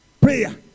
Prayer